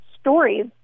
stories